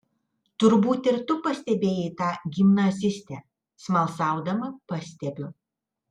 turbūt ir tu pastebėjai tą gimnazistę smalsaudama pastebiu